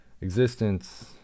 existence